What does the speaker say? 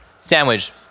Sandwich